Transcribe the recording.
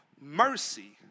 Mercy